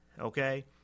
okay